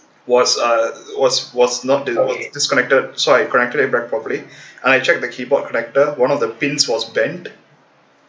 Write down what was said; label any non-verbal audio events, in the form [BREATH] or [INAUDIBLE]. was uh was was not disconnected so I connected it back properly [BREATH] I check the keyboard connector one of the pins was bent